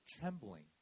trembling